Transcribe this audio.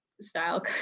style